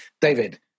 David